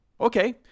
Okay